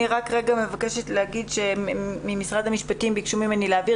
אני מבקשת לומר שממשרד המשפטים ביקשו ממני להבהיר,